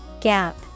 Gap